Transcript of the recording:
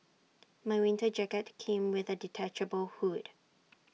my winter jacket came with A detachable hood